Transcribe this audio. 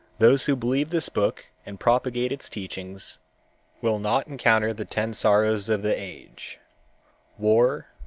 those who believe this book and propagate its teachings will not encounter the ten sorrows of the age war,